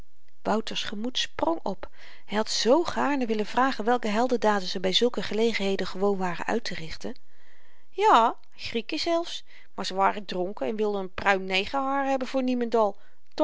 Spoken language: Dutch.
wouter's gemoed sprong op hy had zoo gaarne willen vragen welke heldendaden ze by zulke gelegenheden gewoon waren uitterichten ja grieken zelfs maar ze waren dronken en wilden n pruim negerhaar hebben voor niemendal